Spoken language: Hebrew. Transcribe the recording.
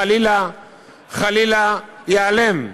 חלילה ייעלם.